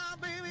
baby